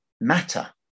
matter